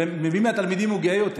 במי מהתלמידים הוא גאה יותר?